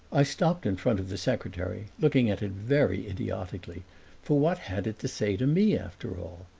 i stopped in front of the secretary, looking at it very idiotically for what had it to say to me after all?